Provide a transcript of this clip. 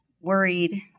worried